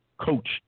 Coach